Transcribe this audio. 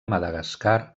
madagascar